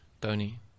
Tony